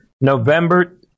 November